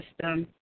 system